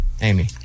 amy